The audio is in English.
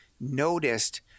noticed